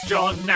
John